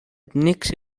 ètnics